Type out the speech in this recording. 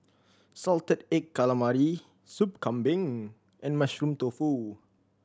salted egg calamari Sup Kambing and Mushroom Tofu